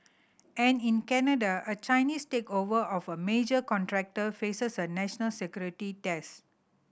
and in Canada a Chinese takeover of a major contractor faces a national security test